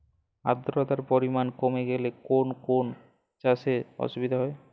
আদ্রতার পরিমাণ কমে গেলে কোন কোন চাষে অসুবিধে হবে?